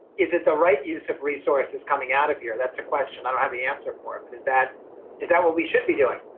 is it the right use of resources coming out of here? that's a question i don't have the answer for. but is that is that what we should be doing,